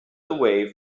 away